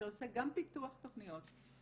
שעושה גם פיתוח תוכניות,